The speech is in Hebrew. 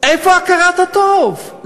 איפה הכרת הטוב?